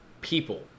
people